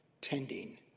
tending